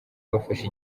bafashe